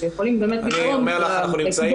שיכולים לתרום לקידום --- אנחנו נמצאים